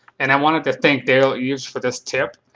and i wanted to thank derral eves for this tip.